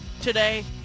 today